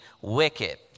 wicked